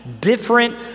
different